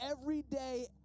everyday